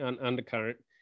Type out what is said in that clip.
undercurrent